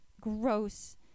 gross